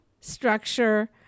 structure